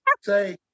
Say